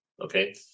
Okay